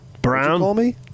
Brown